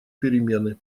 перемены